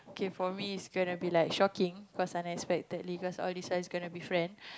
K for me is gonna be like shocking cause unexpectedly cause all these size gonna be friend